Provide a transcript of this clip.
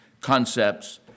concepts